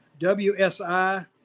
WSI